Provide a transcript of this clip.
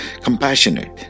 compassionate